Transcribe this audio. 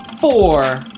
four